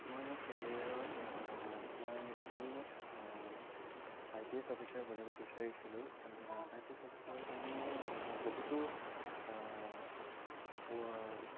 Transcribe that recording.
মই মোৰ কেৰিয়াৰত মই এজন আই পি এছ অফিচাৰ বনিব বিচাৰিছিলোঁ আই পি এছ অফিচাৰৰ কাৰণে মই বহুতো